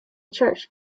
church